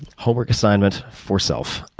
homework assignment for self.